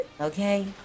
Okay